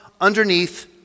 underneath